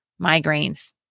Migraines